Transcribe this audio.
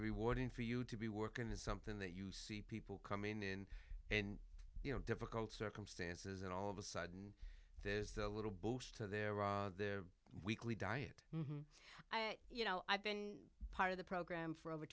rewarding for you to be working is something that you people come in and you know difficult circumstances and all of a sudden there's a little boost to their raw their weekly diet you know i've been part of the program for over